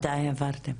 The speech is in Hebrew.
מתי העברתם?